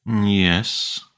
Yes